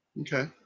Okay